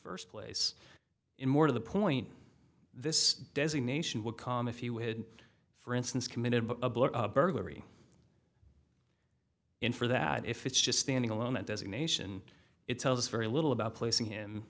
first place in more to the point this designation would come if you would for instance committed a burglary in for that if it's just standing alone that designation it tells us very little about placing him